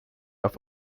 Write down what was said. auf